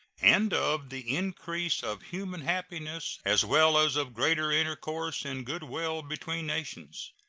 and of the increase of human happiness, as well as of greater intercourse and good will between nations.